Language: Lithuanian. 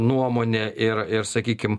nuomonę ir ir sakykim